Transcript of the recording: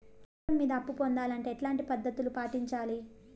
వ్యాపారం మీద అప్పు పొందాలంటే ఎట్లాంటి పద్ధతులు పాటించాలి?